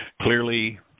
Clearly